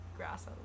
grass